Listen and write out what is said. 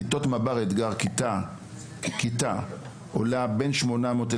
כיתות מב״ר אתגר ככיתה עולה בין 800 אלף